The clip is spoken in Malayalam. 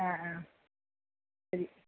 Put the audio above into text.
ആ ആ ശരി